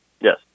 Yes